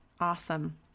Awesome